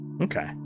Okay